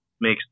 makes